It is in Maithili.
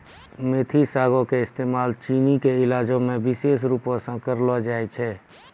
मेथी सागो के इस्तेमाल चीनी के इलाजो मे विशेष रुपो से करलो जाय छै